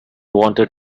wanted